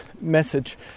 message